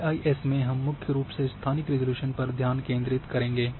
GIS में हम मुख्य रूप से स्थानिक रिज़ॉल्यूशन पर ध्यान केंद्रित करेंगे